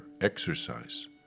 exercise